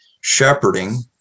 shepherding—